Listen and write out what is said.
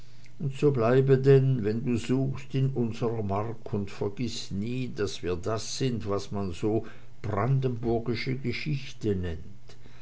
so bleibe denn wenn du suchst in unsrer mark und vergiß nie daß wir das sind was man so brandenburgische geschichte nennt